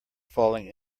falling